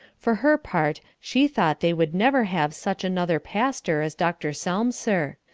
for her part, she thought they would never have such another pastor as dr. selmser.